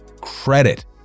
Credit